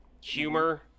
humor